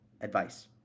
advice